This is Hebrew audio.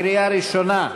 קריאה ראשונה: